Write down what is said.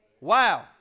Wow